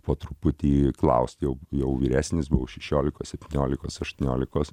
po truputį klausti jau jau vyresnis buvau šešiolikos septyniolikos aštuoniolikos